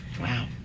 Wow